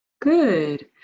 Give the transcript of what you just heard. Good